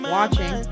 watching